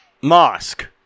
Mosque